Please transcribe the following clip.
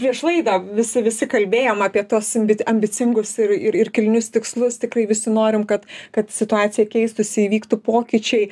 prieš laidą visi visi kalbėjom apie tuos ambicingus ir ir ir kilnius tikslus tikrai visi norim kad kad situacija keistųsi įvyktų pokyčiai